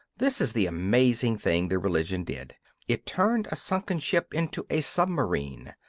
this is the amazing thing the religion did it turned a sunken ship into a submarine.